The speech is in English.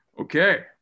Okay